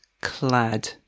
clad